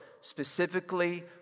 specifically